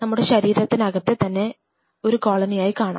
നമ്മുടെ ശരീരത്തിരത്തെ തന്നെ ഒരു കോളനിയായി കാണാം